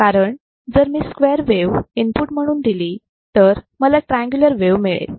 कारण जर मी स्क्वेअर वेव इनपुट म्हणून दिली तर मला ट्रँगल वेव मिळू शकते